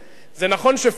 זה נכון שפורמלית